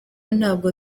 ntabwo